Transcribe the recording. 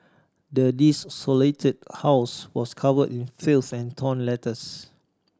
the desolated house was covered in filth and torn letters